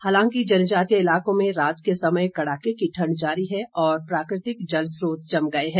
हालांकि जनजातीय इलाकों में रात के समय कड़ाके की ठण्ड जारी है और प्राकृतिक जलस्रोत जम गए हैं